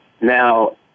Now